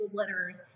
letters